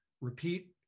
repeat